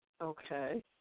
Okay